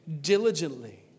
diligently